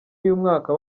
y’umwaka